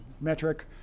metric